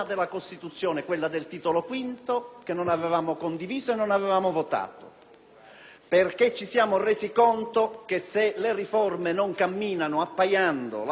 perché ci siamo resi conto che se le riforme non camminano appaiando la strada delle leggi dello Stato che attuano le norme della Costituzione,